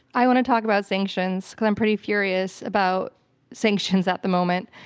i want to talk about sanctions, because i'm pretty furious about sanctions at the moment,